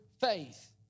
faith